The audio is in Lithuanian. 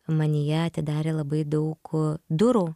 manyje atidarė labai daug durų